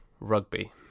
Rugby